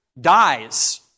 dies